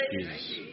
Jesus